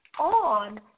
on